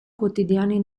quotidiani